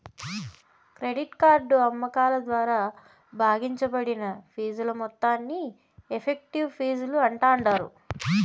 credit card అమ్మకాల ద్వారా భాగించబడిన ఫీజుల మొత్తాన్ని ఎఫెక్టివ్ ఫీజులు అంటాండారు